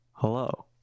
hello